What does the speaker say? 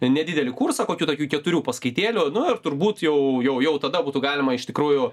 nedidelį kursą kokių tokių keturių paskaitėlių nu turbūt jau jau tada būtų galima iš tikrųjų